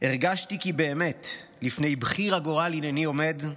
הרגשתי כי באמת לפני בחיר הגורל הינני עומד,